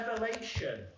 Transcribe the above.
revelation